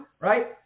right